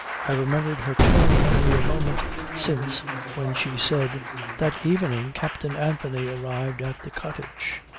i remembered her tone only a moment since when she said that evening captain anthony arrived at the cottage.